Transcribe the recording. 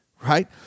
right